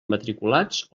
matriculats